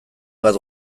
bat